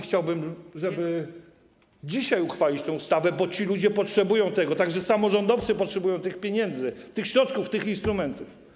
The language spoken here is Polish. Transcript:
Chciałbym, żeby dzisiaj uchwalić tę ustawę, bo ci ludzie potrzebują tego, także samorządowcy potrzebują tych pieniędzy, tych środków, tych instrumentów.